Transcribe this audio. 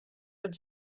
had